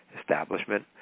establishment